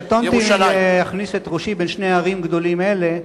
קטונתי מלהכניס את ראשי בין שני הרים גדולים אלה,